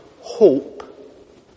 hope